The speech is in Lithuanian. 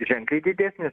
ženkliai didesnės